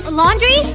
laundry